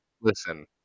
listen